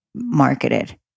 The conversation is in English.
marketed